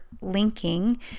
linking